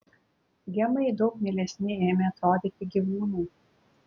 gemai daug mielesni ėmė atrodyti gyvūnai